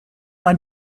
ein